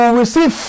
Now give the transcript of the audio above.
receive